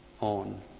on